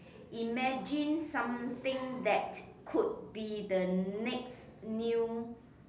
imagine something that could be the next new